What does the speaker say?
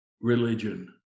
religion